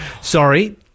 Sorry